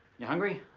you hungry?